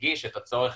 מדגיש את הצורך